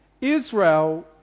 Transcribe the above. Israel